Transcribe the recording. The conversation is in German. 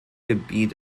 gebiet